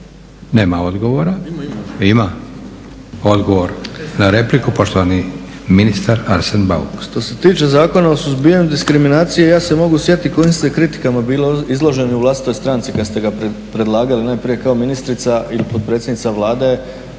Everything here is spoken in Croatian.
Ima, ima./… Ima. Odgovor na repliku, poštovani ministar Arsen Bauk.